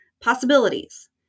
possibilities